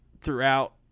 throughout